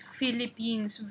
Philippines